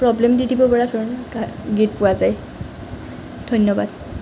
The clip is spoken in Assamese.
প্ৰব্লেম দি দিব পৰা ধৰণে গা গীত পোৱা যায় ধন্যবাদ